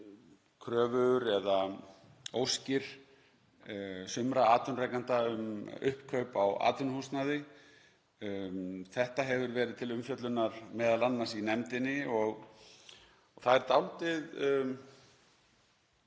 kröfur eða óskir sumra atvinnurekenda um uppkaup á atvinnuhúsnæði. Þetta hefur verið til umfjöllunar m.a. í nefndinni og það er dálítið